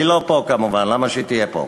היא לא פה, כמובן, למה שהיא תהיה פה?